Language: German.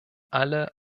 alle